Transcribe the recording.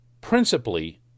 principally